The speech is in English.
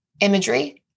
imagery